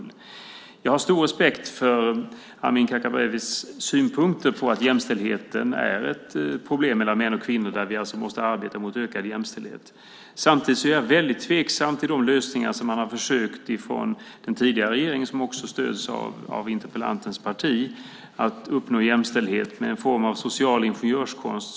Jag har stor respekt för Amineh Kakabavehs synpunkter på att jämställdheten är ett problem mellan män och kvinnor där vi alltså måste arbeta för en ökad jämställdhet. Samtidigt är jag väldigt tveksam till de lösningar som man har försökt göra från den tidigare regeringen, som också stöds av interpellantens parti, för att uppnå jämställdhet med en form av social ingenjörskonst.